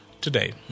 today